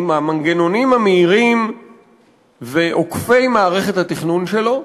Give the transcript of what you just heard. עם המנגנונים המהירים ועוקפי מערכת התכנון שלו,